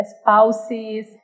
spouses